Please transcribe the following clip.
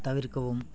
தவிர்க்கவும்